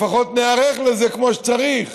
לפחות ניערך לזה כמו שצריך.